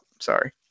Sorry